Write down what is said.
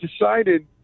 decided